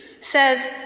says